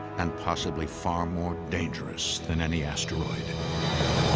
and possibly far more dangerous than any asteroid